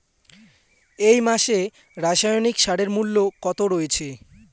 এই মাসে রাসায়নিক সারের মূল্য কত রয়েছে?